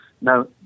Now